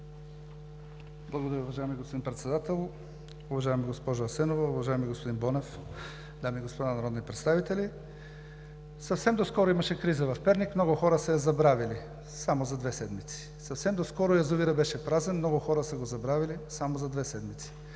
Благодаря, уважаеми господин Председател. Уважаема госпожо Асенова, уважаеми господин Бонев, дами и господа народни представители! Съвсем доскоро имаше криза в Перник. Много хора са я забравили само за две седмици. Съвсем доскоро язовирът беше празен. Много хора са го забравили само за две седмици.